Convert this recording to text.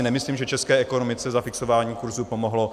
Nemyslím si, že české ekonomice zafixování kurzu pomohlo.